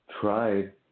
tried